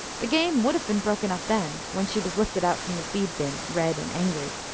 the game would have been broken up then, when she was lifted out from the feed-bin, red and angry,